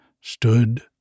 stood